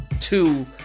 two